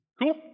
Cool